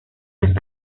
las